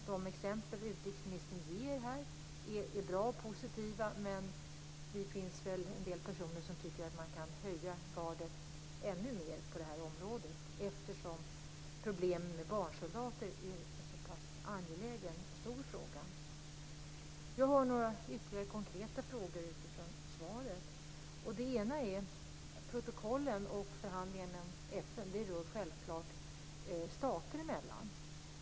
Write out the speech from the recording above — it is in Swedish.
De exempel utrikesministern ger här är bra och positiva, men vi är en del personer som tycker att man kan höja ribban ännu mer på detta område eftersom problemen med barnsoldater är en så pass angelägen och stor fråga. Jag har några ytterligare konkreta frågor utifrån svaret. Den ena gäller protokollen och förhandlingarna med FN. Detta gäller självfallet stater emellan.